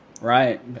Right